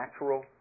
natural